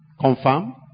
Confirm